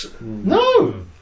No